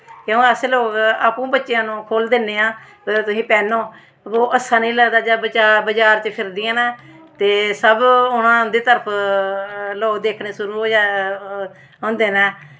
क्यों अस लोग आपूं बच्चेआं नू खुद खु'ल्ल दिन्ने आं कि तुस पैंह्नो ओह् अच्छा निं लगदा ओह् बज़ार च फिरदियां न ते सब उ'नै दी तरफ लोग दिक्खने शुरु होंदे न